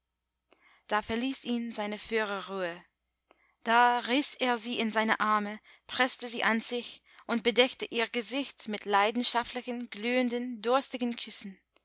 da verließ ihn seine führerruhe da riß er sie in seine arme preßte sie an sich und bedeckte ihr gesicht mit leidenschaftlichen glühenden durstigen küssen